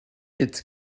its